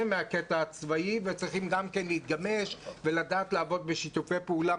מהקטע הצבאי וצריכים גם כן להתגבש ולדעת לעבוד בשיתופי פעולה